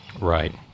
Right